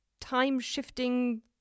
time-shifting